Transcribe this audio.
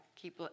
keep